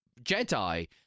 jedi